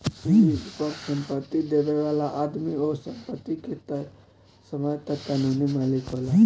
lease पर संपत्ति लेबे वाला आदमी ओह संपत्ति के तय समय तक कानूनी मालिक होला